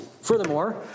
Furthermore